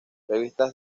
revistas